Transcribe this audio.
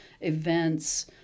events